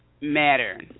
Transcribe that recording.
matter